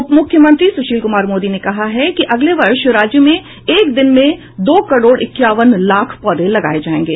उप मुख्यमंत्री सुशील कुमार मोदी ने कहा है कि अगले वर्ष राज्य में एक दिन में दो करोड़ इक्यावन लाख पौधे लगाये जाएंगे